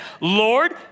Lord